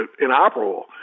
inoperable